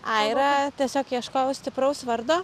aira tiesiog ieškojau stipraus vardo